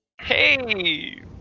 hey